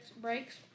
breaks